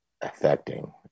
affecting